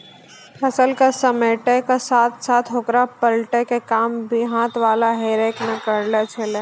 फसल क समेटै के साथॅ साथॅ होकरा पलटै के काम भी हाथ वाला हे रेक न करै छेलै